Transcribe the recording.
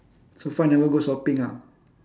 so far I never go shopping ah